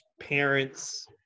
parents